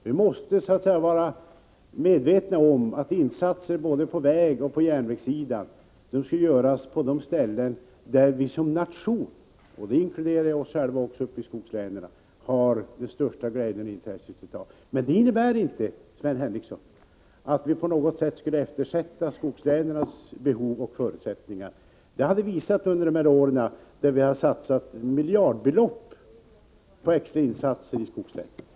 Vi måste vara medvetna om att insatser på både vägoch järnvägssidan skall göras på de ställen där vi som nation — och då räknar jag också in oss i skogslänen — får den största nyttan. Detta innebär emellertid inte, Sven Henricsson, att vi på något sätt skulle eftersätta skogslänens behov. Under årens lopp har vi också visat detta genom att satsa miljardbelopp på extra insatser i skogslänen.